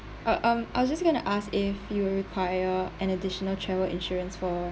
uh um I was just going to ask if you will require an additional travel insurance for